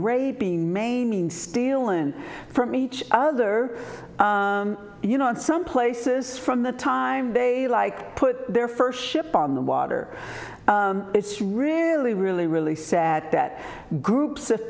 raping maiming stealing from each other you know in some places from the time they like put their first ship on the water it's really really really sad that groups of